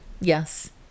Yes